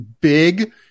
big